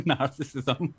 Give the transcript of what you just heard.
Narcissism